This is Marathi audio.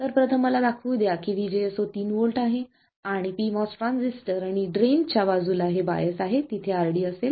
तर प्रथम मला ला दाखवू द्या की VSG0 3 व्होल्ट आहे आणि pMOS ट्रान्झिस्टर आणि ड्रेन च्या बाजूला हे बायस आहे तिथे RD असेल